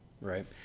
right